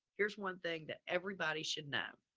here's one thing that everybody should know.